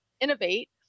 innovate